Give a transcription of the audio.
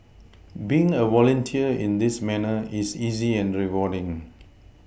being a volunteer in this manner is easy and rewarding